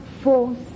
force